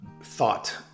thought